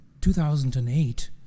2008